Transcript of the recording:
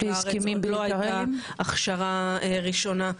גם לא הייתה הכשרה ראשונה.